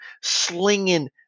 slinging